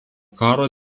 karo